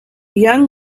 young